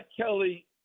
Kelly